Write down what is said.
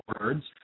words